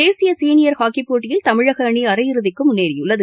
தேசிய சீனியர் ஹாக்கிப் போட்டியில் தமிழக அணி அரை இறுதிக்கு முன்னேறியுள்ளது